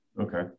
Okay